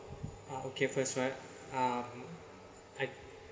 uh okay first one um I